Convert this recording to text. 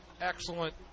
excellent